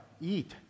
eat